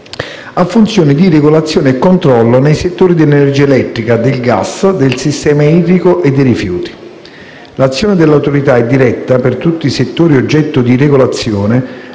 ha funzioni di regolazione e controllo nei settori dell'energia elettrica, del gas, del sistema idrico e dei rifiuti. L'azione dell'Autorità è diretta, per tutti i settori oggetto di regolazione,